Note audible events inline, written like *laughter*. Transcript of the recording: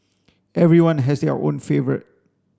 *noise* everyone has their own favourite